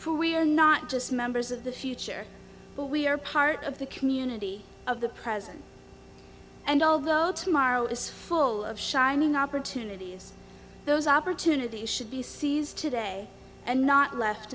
for we are not just members of the future but we are part of the community of the present and although tomorrow is full of shining opportunities those opportunities should be seized today and not left